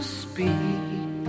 speak